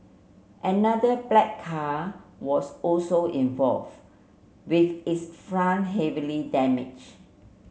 another black car was also involve with its front heavily damage